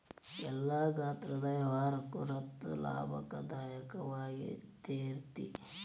ಎಲ್ಲಾ ಗಾತ್ರದ್ ವ್ಯವಹಾರಕ್ಕ ರಫ್ತು ಲಾಭದಾಯಕವಾಗಿರ್ತೇತಿ